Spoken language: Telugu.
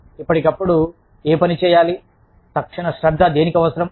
ఇప్పటికిప్పుడే ఏ పని చేయాలి తక్షణ శ్రద్ధ దేనికి అవసరం